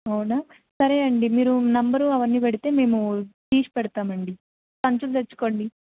అవునా సరే అండి మీరు నెంబర్ అవన్నీ పెడితే మేము తీసి పెడతామండి సంచులు తెచ్చుకోండి